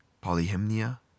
Polyhymnia